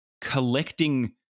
collecting